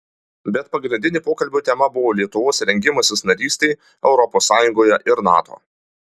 bet pagrindinė pokalbio tema buvo lietuvos rengimasis narystei europos sąjungoje ir nato